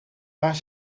waar